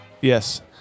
Yes